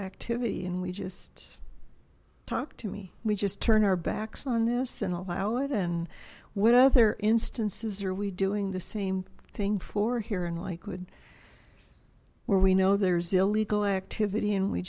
activity and we just talked to me we just turn our backs on this and allow it and what other instances are we doing the same thing for here and like would where we know there's illegal activity and we